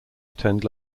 attend